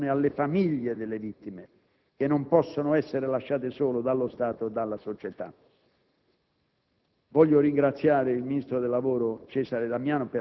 Penso anche che sarebbe necessario porre attenzione alle famiglie delle vittime, che non possono essere lasciate sole dallo Stato e dalla società.